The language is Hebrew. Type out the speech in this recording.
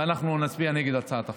ואנחנו נצביע נגד הצעת החוק.